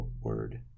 word